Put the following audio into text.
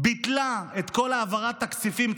היא ביטלה את כל העברת הכספים,